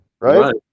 right